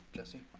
jesse?